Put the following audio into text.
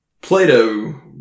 Plato